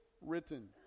written